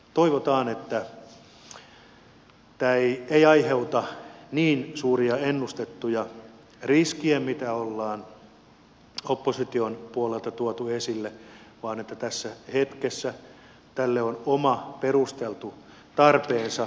toivotaan että tämä ei aiheuta niin suuria ennustettuja riskejä kuin on opposition puolelta tuotu esille vaan että tässä hetkessä tälle on oma perusteltu tarpeensa